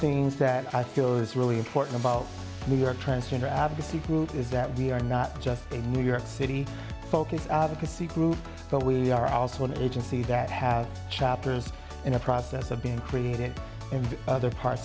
things that i feel is really important about new york transgender add to see group is that we are not just a new york city focus advocacy group but we are also an agency that has chapters in a process of being created in other parts